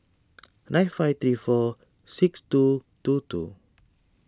nine five three four six two two two